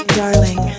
darling